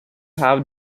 have